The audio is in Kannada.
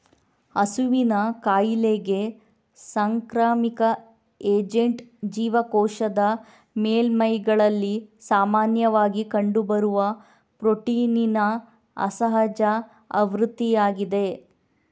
ಹಸುವಿನ ಕಾಯಿಲೆಗೆ ಸಾಂಕ್ರಾಮಿಕ ಏಜೆಂಟ್ ಜೀವಕೋಶದ ಮೇಲ್ಮೈಗಳಲ್ಲಿ ಸಾಮಾನ್ಯವಾಗಿ ಕಂಡುಬರುವ ಪ್ರೋಟೀನಿನ ಅಸಹಜ ಆವೃತ್ತಿಯಾಗಿದೆ